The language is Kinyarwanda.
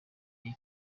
gihe